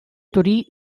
torí